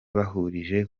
bahurije